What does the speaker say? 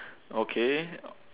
okay